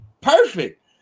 perfect